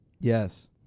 Yes